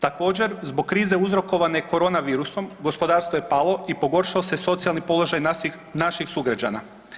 Također, zbog krize uzrokovane koronavirusom, gospodarstvo je palo i pogoršao se socijalni položaj naših sugrađana.